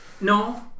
No